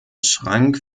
schrank